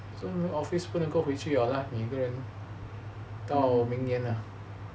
so office 不能够回去了是吗每个人到明年 ah